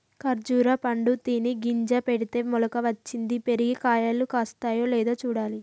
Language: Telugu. ఖర్జురా పండు తిని గింజ పెడితే మొలక వచ్చింది, పెరిగి కాయలు కాస్తాయో లేదో చూడాలి